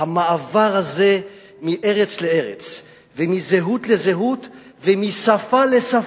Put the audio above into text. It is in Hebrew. המעבר הזה מארץ לארץ ומזהות לזהות ומשפה לשפה,